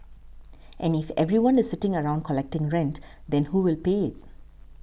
and if everyone is sitting around collecting rent then who will pay it